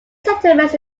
settlements